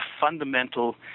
fundamental